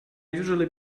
usually